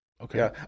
Okay